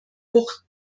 bucht